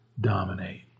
dominate